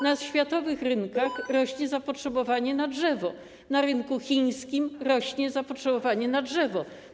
Na światowych rynkach rośnie zapotrzebowanie na drewno, na rynku chińskim rośnie zapotrzebowanie na drewno.